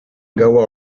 gaua